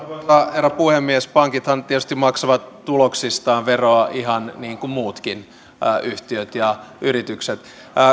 herra puhemies pankithan tietysti maksavat tuloksistaan veroa ihan niin kuin muutkin yhtiöt ja yritykset